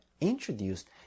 introduced